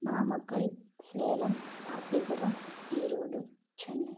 Namakkal Salem Rasipuram Erode Chennai